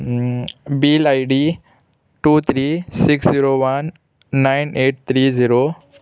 bill ID two three six zero one nine eight three zero